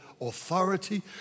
authority